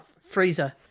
Freezer